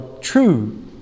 true